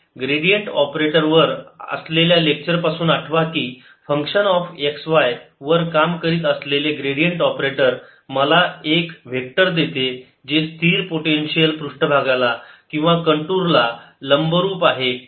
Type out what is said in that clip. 4x29y236 gradient operator वर असलेल्या lecture पासून आठवा की फंक्शन ऑफ x y वर काम करीत असलेले ग्रेडियंट ऑपरेटर मला एक वेक्टर देते जे स्थिर पोटेन्शियल पृष्ठभागाला किंवा कंटूरला लंबरूप आहे हे आपण सिद्ध केले आहे